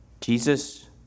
Jesus